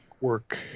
work